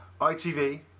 ITV